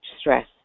stress